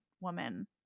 woman